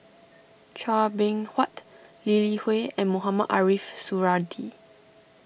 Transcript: Chua Beng Huat Lee Li Hui and Mohamed Ariff Suradi